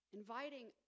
inviting